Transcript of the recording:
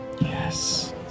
yes